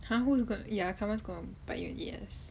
!huh! who is going to ya karma is going to bite you in the ass